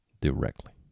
directly